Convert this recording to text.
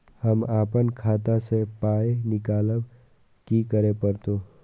हम आपन खाता स पाय निकालब की करे परतै?